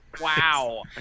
Wow